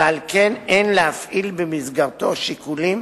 ועל כן אין להפעיל במסגרתו שיקולים